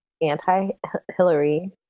anti-Hillary